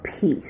peace